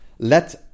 Let